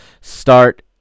start